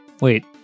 Wait